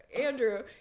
Andrew